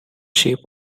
shape